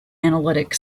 analytic